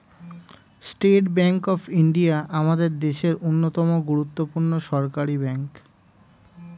state Bank of India আমাদের দেশের অন্যতম গুরুত্বপূর্ণ সরকারি ব্যাঙ্ক